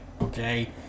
okay